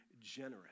generous